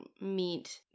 meet